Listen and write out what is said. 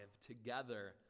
together